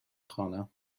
خوانم